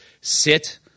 sit